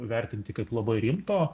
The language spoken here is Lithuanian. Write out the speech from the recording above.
vertinti kaip labai rimto